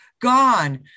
gone